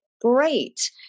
great